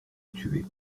tuer